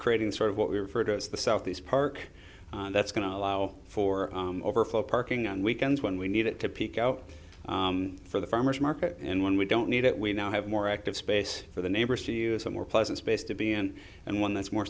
creating sort of what we refer to as the southeast park that's going to allow for overflow parking on weekends when we need it to peak out for the farmer's market and when we don't need it we now have more active space for the neighbors to use a more pleasant space to be in and one that's more